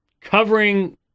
covering